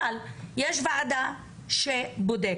אבל יש ועדה שבודקת,